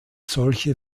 solche